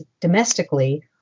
domestically